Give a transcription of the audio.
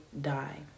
die